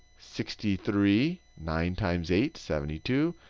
sixty three. nine times eight, seventy two.